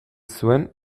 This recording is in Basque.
zuen